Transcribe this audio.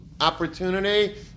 opportunity